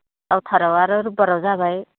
दावथारायाव आरो रबबाराव जाबाय